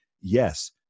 Yes